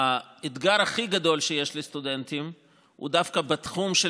האתגר הכי גדול שיש לסטודנטים הוא דווקא בתחום של